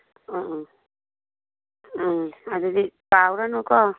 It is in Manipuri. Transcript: ꯑ ꯑ ꯎꯝ ꯑꯗꯨꯗꯤ ꯀꯥꯎꯔꯅꯨꯀꯣ